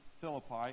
Philippi